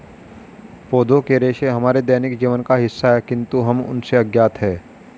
पौधों के रेशे हमारे दैनिक जीवन का हिस्सा है, किंतु हम उनसे अज्ञात हैं